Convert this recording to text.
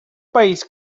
país